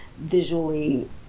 visually